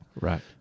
Right